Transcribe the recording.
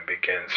begins